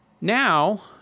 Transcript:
now